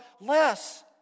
less